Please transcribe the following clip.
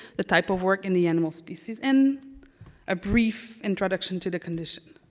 the type of work and the animal species. and a brief introduction to the condition.